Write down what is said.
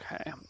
Okay